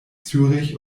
zürich